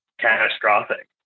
catastrophic